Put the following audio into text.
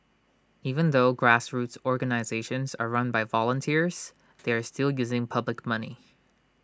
even though grassroots organisations are run by volunteers they are still using public money